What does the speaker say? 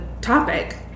topic –